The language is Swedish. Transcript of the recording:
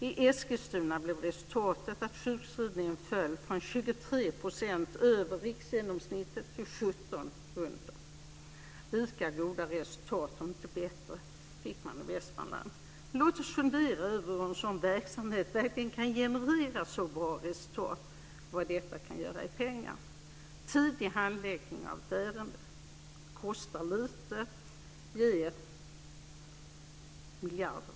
I Eskilstuna blev resultatet att sjukskrivningen föll från 23 % över riksgenomsnittet till 17 % under. Lika goda resultat, om inte bättre, fick man i Västmanland. Men låt oss fundera över hur en sådan verksamhet verkligen kan generera ett så bra resultat och vad detta kan göra i pengar. Tidig handläggning av ett ärende kostar lite och ger miljarder.